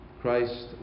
Christ